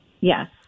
Yes